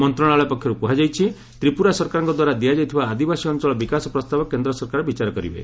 ମନ୍ତ୍ରଣାଳୟ ପକ୍ଷରୁ କୁହାଯାଇଛି ତ୍ରିପୁରା ସରକାରଙ୍କ ଦ୍ୱାରା ଦିଆଯାଇଥିବା ଆଦିବାସୀ ଅଞ୍ଚଳ ବିକାଶ ପ୍ରସ୍ତାବ କେନ୍ଦ୍ର ସରକାର ବିଚାର କରିବେ